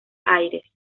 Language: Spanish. aires